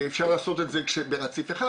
אפשר לעשות את זה ברציף אחד,